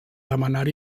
demanar